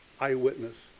eyewitness